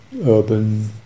urban